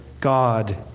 God